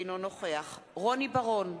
אינו נוכח רוני בר-און,